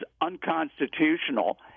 unconstitutional